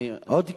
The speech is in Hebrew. עוד כנסת,